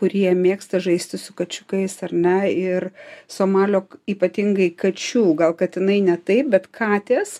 kurie mėgsta žaisti su kačiukais ar ne ir somalio ypatingai kačių gal katinai ne taip bet katės